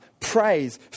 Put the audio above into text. praise